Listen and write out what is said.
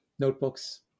notebooks